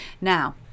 Now